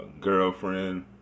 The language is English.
girlfriend